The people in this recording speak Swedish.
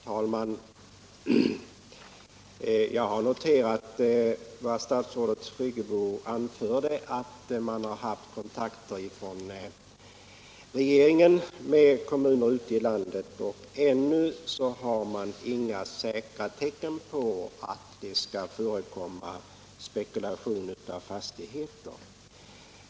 Herr talman! Jag har noterat statsrådet Friggebos uppgift att regeringen haft kontakter med kommuner ute i landet och att man ännu inte har några säkra tecken på att det skulle förekomma spekulation i fastigheter.